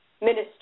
minister